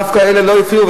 דווקא אלה לא הפריעו,